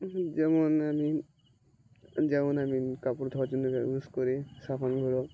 যেমন আমি যেমন আমি কাপড় ধোওয়ার জন্য ইউজ করি সাবান গুঁড়ো